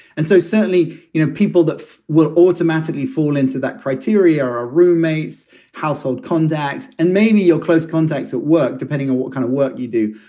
and so certainly, you know, people that will automatically fall into that criteria are a roommate's household contacts and maybe your close contacts at work, depending on what kind of work you do.